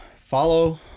follow